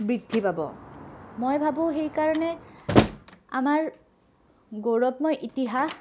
বৃদ্ধি পাব মই ভাবোঁ সেইকাৰণে আমাৰ গৌৰৱময় ইতিহাস